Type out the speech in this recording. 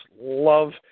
love